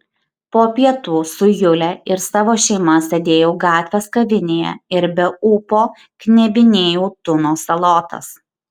po pietų su jule ir savo šeima sėdėjau gatvės kavinėje ir be ūpo knebinėjau tuno salotas